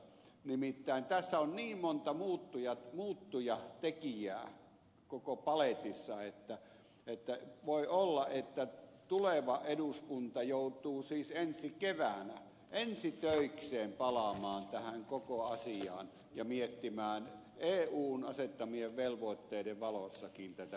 nimittäin tässä on niin monta muuttujatekijää koko paletissa että voi olla että tuleva eduskunta joutuu ensi keväänä ensi töikseen palaamaan tähän koko asiaan ja miettimään eun asettamien velvoitteiden valossakin tätä kokonaisuutta